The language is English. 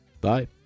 Bye